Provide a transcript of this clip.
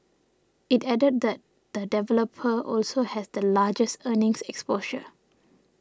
it added that the developer also has the largest earnings exposure